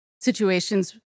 situations